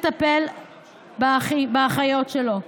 לטפל באחיות שלו,